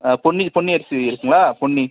பொன்னி பொன்னி அரிசி இருக்குதுங்களா பொன்னி